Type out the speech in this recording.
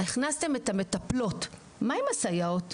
הכנסתם את המטפלות, מה עם הסייעות?